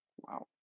Wow